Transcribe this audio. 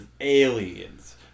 aliens